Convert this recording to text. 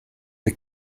the